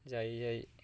जायै जायै